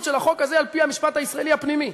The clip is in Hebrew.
של החוק הזה על-פי המשפט הישראלי הפנימי.